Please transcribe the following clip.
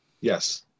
Yes